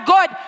God